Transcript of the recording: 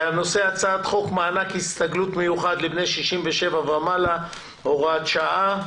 על סדר-היום: הצעת חוק מענק הסתגלות מיוחד לבני 67 ומעלה (הוראת שעה,